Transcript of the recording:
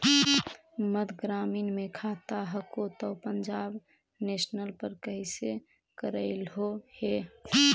मध्य ग्रामीण मे खाता हको तौ पंजाब नेशनल पर कैसे करैलहो हे?